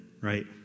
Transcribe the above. right